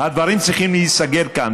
הדברים צריכים להיסגר כאן.